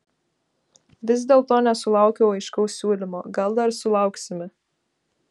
vis dėlto nesulaukiau aiškaus siūlymo gal dar sulauksime